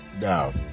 Now